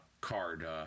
card